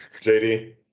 JD